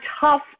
tough